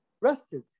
rested